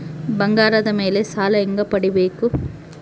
ಬಂಗಾರದ ಮೇಲೆ ಸಾಲ ಹೆಂಗ ಪಡಿಬೇಕು?